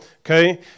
Okay